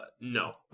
no